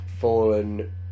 fallen